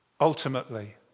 ultimately